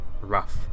rough